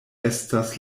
estas